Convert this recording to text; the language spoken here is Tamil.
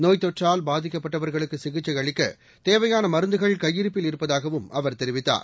நோய் தொற்றால் பாதிக்கப்பட்டவர்களுக்கு சிகிச்சை அளிக்க தேவையான மருந்துகள் கையிருப்பில் இருப்பதாகவும் அவர் தெரிவித்தார்